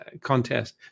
contest